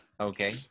Okay